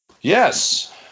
Yes